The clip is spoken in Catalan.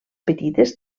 petites